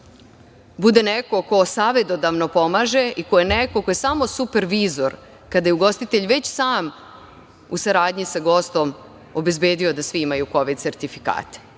bude neko ko savetodavno pomaže i ko je neko ko je samo supervizor kada je ugostitelj već sam u saradnji sa gostom obezbedio da svi imaju kovid sertifikate? Znam